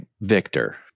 Victor